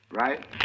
right